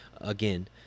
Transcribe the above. again